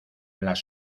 las